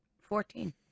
Fourteen